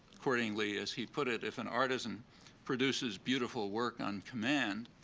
accordingly, as he put it, if an artisan produces beautiful work on command,